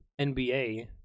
NBA